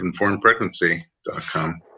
informedpregnancy.com